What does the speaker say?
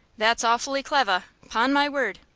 that's awfully clevah, pon my word.